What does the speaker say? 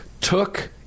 Took